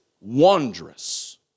wondrous